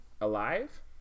alive